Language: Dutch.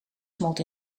smolt